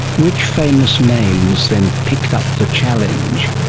which famous names then picked up the challenge?